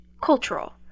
cultural